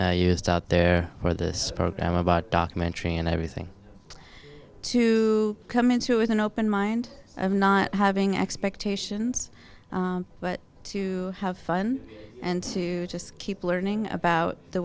just out there where this program about documentary and everything to come into is an open mind of not having expectations but to have fun and to just keep learning about the